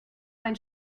mein